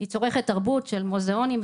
היא צורכת תרבות של מוזיאונים,